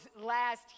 last